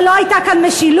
מה, לא הייתה כאן משילות?